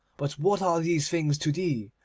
but what are these things to thee?